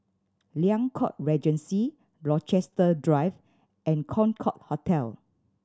Liang Court Regency Rochester Drive and Concorde Hotel